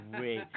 wait